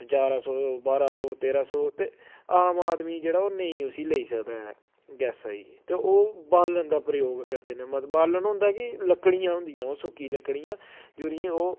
ञारां सौ बारां सौ तेरां सौ ते आम आदमी जेह्ड़ा ओह् नेईं उस्सी लेई सकदा है गैसा गी ते ओह् बालन दा प्रयोग करदे न मतल बालन होंदा कि लकड़ियां होंदियां ओह् सुक्की लकड़ियां जेह्दियां ओह्